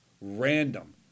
Random